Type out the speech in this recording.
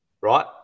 right